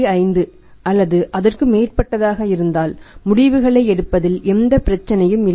5 அல்லது அதற்கு மேற்பட்டதாக இருந்தால் முடிவுகளை எடுப்பதில் எந்த பிரச்சனையும் இல்லை